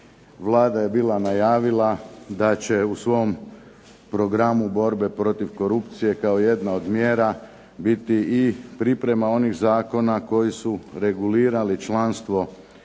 Vlada je bila najavila da će u svom programu borbe protiv korupcije kao jedna od mjera biti i priprema onih zakona koji su regulirali članstvo